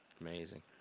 Amazing